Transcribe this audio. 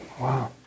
Wow